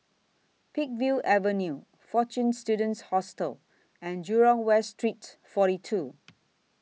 Peakville Avenue Fortune Students Hostel and Jurong West Street forty two